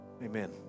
Amen